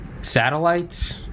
satellites